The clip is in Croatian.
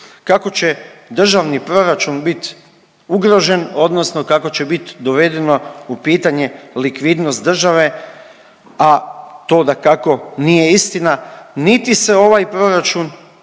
kako će državni proračun biti ugrožen odnosno kako će biti dovedeno u pitanje likvidnost države, a to dakako nije istina. Niti se ovaj proračun,